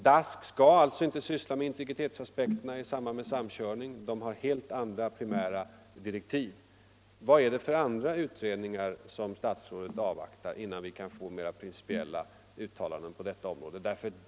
DASK skall inte syssla med integritetsaspekterna i samband med samkörningen därför att man har helt andra direktiv. Vad är det då för andra utredningar som statsrådet avvaktar, innan vi kan få mera principiella uttalanden i det fallet?